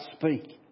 speak